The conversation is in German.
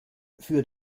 für